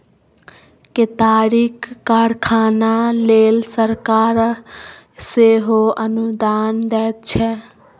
केतारीक कारखाना लेल सरकार सेहो अनुदान दैत छै